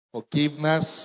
Forgiveness